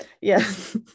Yes